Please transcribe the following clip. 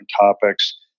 topics